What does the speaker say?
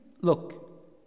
look